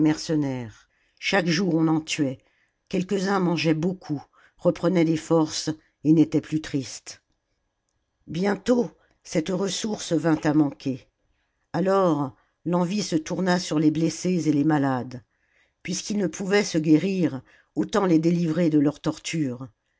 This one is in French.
mercenaires chaque jour on en tuait quelques-uns mangeaient beaucoup reprenaient des forces et n'étaient plus tristes bientôt cette ressource vint à manquer alors f'envie se tourna sur les blessés et les malades puisqu'ils ne pouvaient se guérir autant les délivrer de leurs tortures